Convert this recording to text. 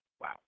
wow